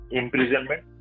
imprisonment